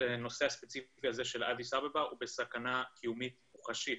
בנושא הספציפי הזה של אדיס אבבה הוא בסכנה קיומית מוחשית.